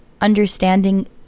understanding